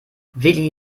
willi